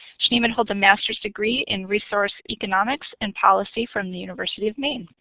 scheemann holds a master's degree in resource economics and policy from the university of maine.